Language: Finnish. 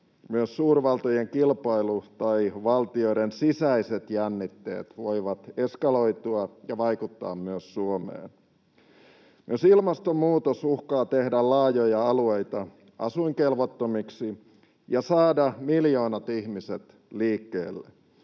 Myös suurvaltojen kilpailu tai valtioiden sisäiset jännitteet voivat eskaloitua ja vaikuttaa myös Suomeen. Myös ilmastonmuutos uhkaa tehdä laajoja alueita asuinkelvottomiksi ja saada miljoonat ihmiset liikkeelle.